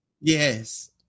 Yes